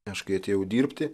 aš kai atėjau dirbti